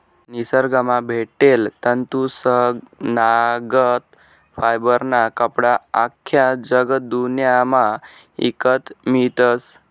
निसरगंमा भेटेल तंतूसनागत फायबरना कपडा आख्खा जगदुन्यामा ईकत मियतस